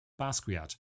Basquiat